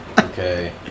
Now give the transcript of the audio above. okay